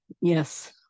Yes